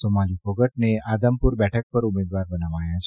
Somali ફોગાટને આદમપુર બેઠક પર ઉમેદવાર બનાવાયા છે